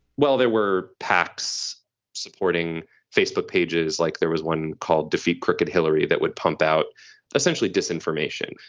well, there were pacs supporting facebook pages like there was one called defeat crooked hillary that would pump out essentially disinformation,